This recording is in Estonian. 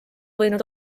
võinud